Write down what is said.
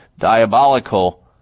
diabolical